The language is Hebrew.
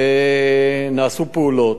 נעשו פעולות.